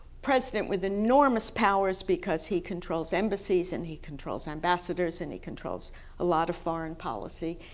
president with enormous powers because he controls embassies and he controls ambassadors and he controls a lot of foreign policy,